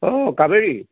অ Kaveri